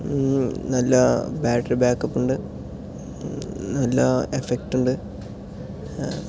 നല്ല battery backup ഉണ്ട് നല്ല എഫ്ഫക്റ്റ്ണ്ട്